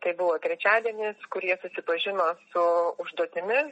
tai buvo trečiadienis kur jie susipažino su užduotimi